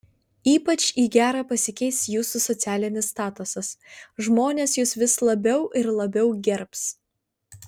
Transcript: ypač į gerą pasikeis jūsų socialinis statusas žmonės jus vis labiau ir labiau gerbs